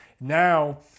Now